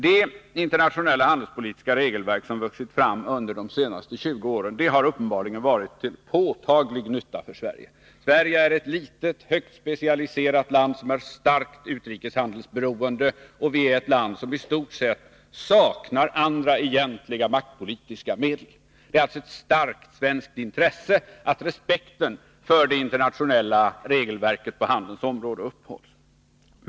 Det internationella regelverk som vuxit fram under de senaste 20 åren har uppenbarligen varit till påtaglig nytta för Sverige. Sverige är ett litet, högt specialiserat land som är starkt utrikeshandelsberoende, och Sverige är ett land som i stort sett saknar andra egentliga maktpolitiska medel. Det är alltså ett starkt svenskt intresse att respekten för det internationella regelverket på handelns området upprätthålls.